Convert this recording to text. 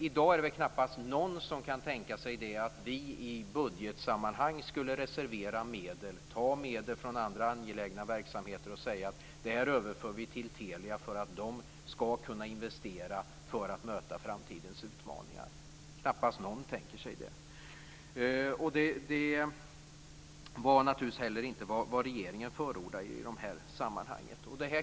I dag är det väl knappast någon som kan tänka sig att vi i budgetsammanhang skulle ta medel från andra angelägna verksamheter och säga: Det här överför vi till Telia för att man skall kunna investera för att möta framtidens utmaningar. Knappast någon tänker sig det. Det var naturligtvis inte heller vad regeringen förordade i det här sammanhanget.